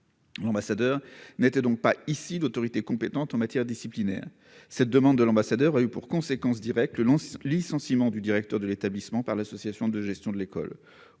L'ambassadeur n'était donc pas ici l'autorité compétente en matière disciplinaire. Cette demande de l'ambassadeur a eu pour conséquence directe le licenciement du directeur de l'établissement par l'association de gestion de l'école.